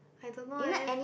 I don't know eh